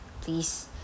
please